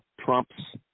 Trump's